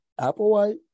Applewhite